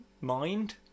Mind